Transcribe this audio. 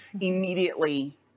immediately